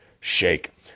shake